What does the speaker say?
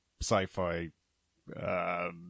sci-fi